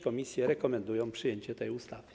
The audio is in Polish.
Komisje rekomendują przyjęcie tej ustawy.